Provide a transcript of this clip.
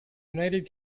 united